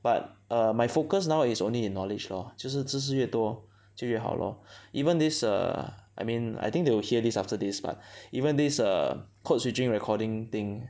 but err my focus now is only in knowledge lor 就是知识越多就越好 lor even this err I mean I think they will hear this after this but even this err code switching recording thing